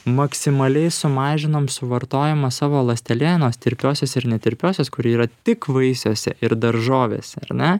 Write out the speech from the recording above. maksimaliai sumažinom suvartojimą savo ląstelienos tirpiosios ir netirpiosios kuri yra tik vaisiuose ir daržovėse ar ne